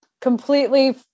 completely